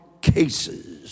cases